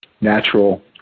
natural